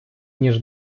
ніж